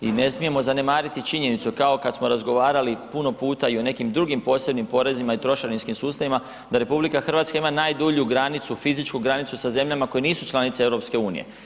I ne smijemo zanemariti činjenicu kao kad smo razgovarali puno puta i o nekim drugim posebnim porezima i trošarinskim sustavima da RH ima najdulju granicu, fizičku granicu sa zemljama koje nisu članice EU.